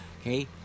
Okay